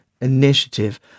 initiative